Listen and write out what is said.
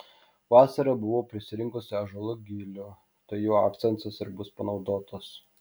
vasarą buvau prisirinkusi ąžuolo gilių tai jų akcentas ir bus panaudotas